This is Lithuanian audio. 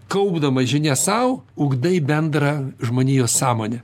kaupdamas žinias sau ugdai bendrą žmonijos sąmonę